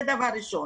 זה דבר ראשון.